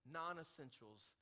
non-essentials